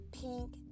pink